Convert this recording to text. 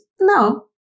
No